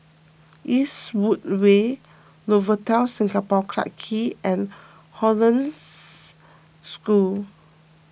Eastwood Way Novotel Singapore Clarke Quay and Hollandse School